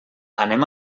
anem